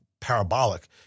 parabolic